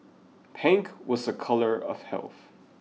pink was a color of health